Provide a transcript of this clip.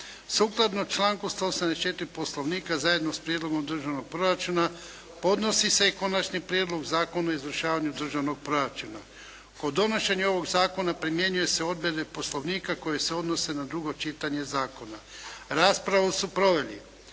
Sukladno članku 184. Poslovnika zajedno s Prijedlogom državnog proračuna podnosi se i Konačni prijedlog zakona o izvršavanju državnog proračuna. Kod donošenja ovog zakona primjenjuju se odredbe Poslovnika koje se odnose na drugo čitanje zakona. Raspravu su proveli